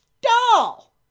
Doll